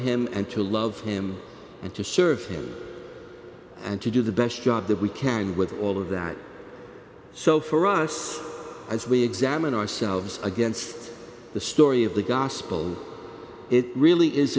him and to love him and to serve him and to do the best job that we can with all of that so for us as we examine ourselves against the story of the gospel it really is